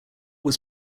was